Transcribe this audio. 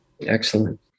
Excellent